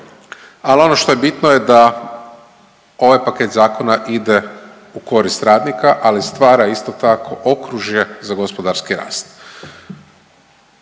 Ali ono što je bitno je da ovaj paket zakona ide u korist radnika, ali stvara, isto tako, okružje za gospodarski rast.